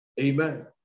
Amen